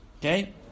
Okay